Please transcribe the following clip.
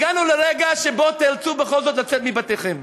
הגענו לרגע שבו תיאלצו בכל זאת לצאת מבתיכם.